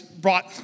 brought